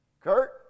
Kurt